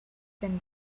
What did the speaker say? than